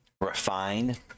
refined